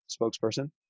spokesperson